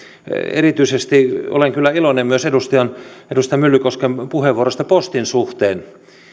erityisesti olen kyllä iloinen myös edustaja myllykosken puheenvuorosta postin suhteen